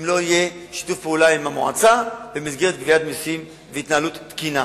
אם לא יהיה שיתוף פעולה עם המועצה במסגרת גביית מסים והתנהלות תקינה.